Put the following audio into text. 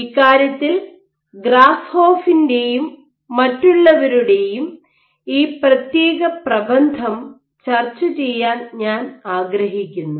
ഇക്കാര്യത്തിൽ ഗ്രാസ്ഹോഫിന്റെയും മറ്റുള്ളവരുടെയും ഈ പ്രത്യേക പ്രബന്ധം ചർച്ച ചെയ്യാൻ ഞാൻ ആഗ്രഹിക്കുന്നു